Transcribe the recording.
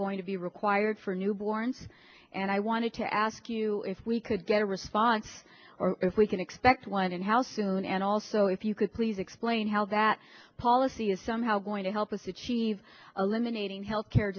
going to be required for newborns and i wanted to ask you if we could get a response or if we can expect one and how soon and also if you could please explain how that policy is somehow going to help us achieve a lemonade in health care